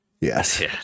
Yes